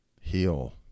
heal